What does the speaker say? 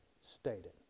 stated